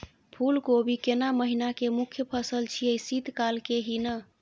फुल कोबी केना महिना के मुखय फसल छियै शीत काल के ही न?